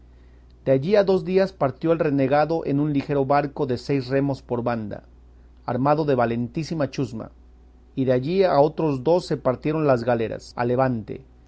de allí a dos días partió el renegado en un ligero barco de seis remos por banda armado de valentísima chusma y de allí a otros dos se partieron las galeras a levante